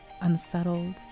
unsettled